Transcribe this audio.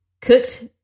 cooked